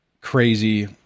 crazy